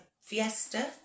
Fiesta